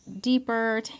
deeper